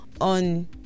on